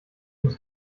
muss